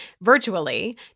Virtually